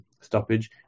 stoppage